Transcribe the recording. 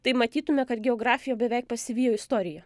tai matytume kad geografija beveik pasivijo istoriją